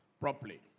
properly